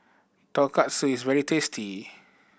Tonkatsu is very tasty